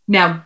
Now